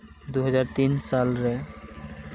ᱫᱩ ᱦᱟᱡᱟᱨ ᱛᱤᱱ ᱥᱟᱞᱨᱮ